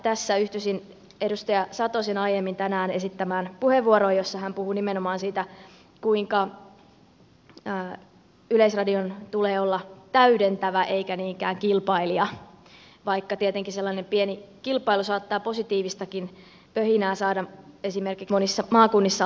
tässä yhtyisin edustaja satosen aiemmin tänään esittämään puheenvuoroon jossa hän puhui nimenomaan siitä kuinka yleisradion tulee olla täydentävä eikä niinkään kilpailija vaikka tietenkin sellainen pieni kilpailu saattaa positiivistakin pöhinää saada aikaan esimerkiksi monissa maakunnissa